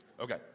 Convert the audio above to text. okay